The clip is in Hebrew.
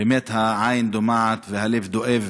באמת, העין דומעת והלב דואב